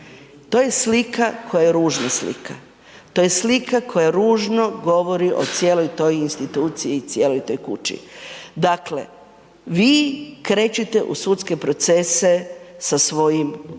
to je slika koja je ružna slika, to je slika koja ružno govori o cijeloj toj instituciji i cijeloj toj kući. Dakle vi krećete u sudske procese sa svojim